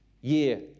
year